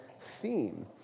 theme